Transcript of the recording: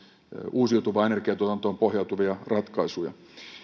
uusiutuvaan energiantuotantoon pohjautuvia ratkaisuja